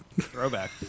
Throwback